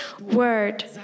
word